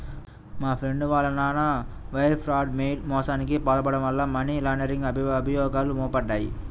మా ఫ్రెండు వాళ్ళ నాన్న వైర్ ఫ్రాడ్, మెయిల్ మోసానికి పాల్పడటం వల్ల మనీ లాండరింగ్ అభియోగాలు మోపబడ్డాయి